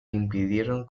impidieron